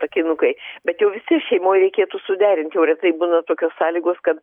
akinukai bet jau visi šeimoj reikėtų suderinti jau retai būna tokios sąlygos kad